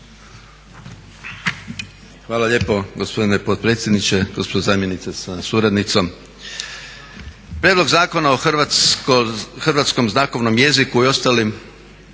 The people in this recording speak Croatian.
Hvala lijepo gospodine potpredsjedniče. Gospodine zamjenice sa suradnicom. Prijedlog zakona o hrvatskom znakovnom jeziku i ostalim